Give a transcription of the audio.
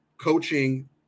coaching